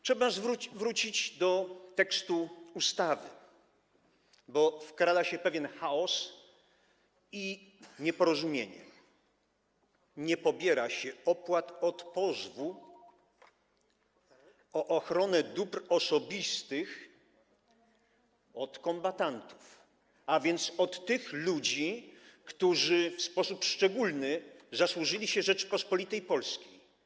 Trzeba wrócić do tekstu ustawy, bo wkradają się pewien chaos i nieporozumienie: nie pobiera się opłat od pozwu o ochronę dóbr osobistych od kombatantów, a więc od tych ludzi, którzy w sposób szczególny zasłużyli się Rzeczypospolitej Polskiej.